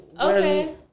okay